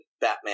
Batman